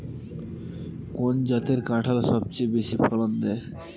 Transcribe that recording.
কোন জাতের কাঁঠাল সবচেয়ে বেশি ফলন দেয়?